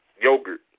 yogurt